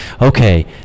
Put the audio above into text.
okay